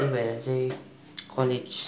त्यही भएर चाहिँ कलेज